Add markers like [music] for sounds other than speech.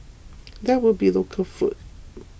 [noise] there will be local food